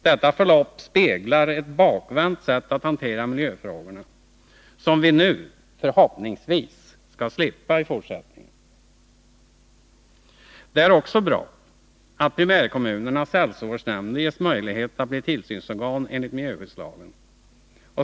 Detta förlopp speglar ett bakvänt sätt att hantera miljöfrågor som vi förhoppningsvis skall slippa i fortsättningen. Det är också bra att primärkommunernas hälsovårdsnämnder ges möjlighet att bli tillsynsorgan enligt miljöskyddslagen.